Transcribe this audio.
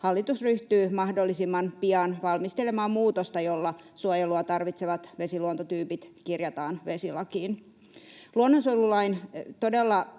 hallitus ryhtyy mahdollisimman pian valmistelemaan muutosta, jolla suojelua tarvitsevat vesiluontotyypit kirjataan vesilakiin. Luonnonsuojelulain todella